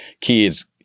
kids